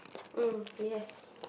mm yes